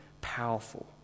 powerful